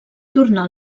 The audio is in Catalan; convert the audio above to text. tornar